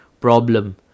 problem